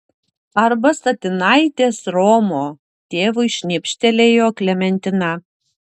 arba statinaitės romo tėvui šnipštelėjo klementina